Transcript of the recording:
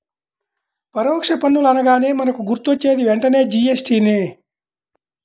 పరోక్ష పన్నులు అనగానే మనకు గుర్తొచ్చేది వెంటనే జీ.ఎస్.టి నే